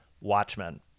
Watchmen